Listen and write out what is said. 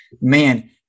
man